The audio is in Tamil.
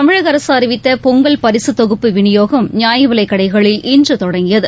தமிழக அரசு அறிவித்த பொங்கல் பரிசுத் தொகுப்பு விநியோகம் நியாய விலைக் கடைகளில் இன்று தொடங்கியது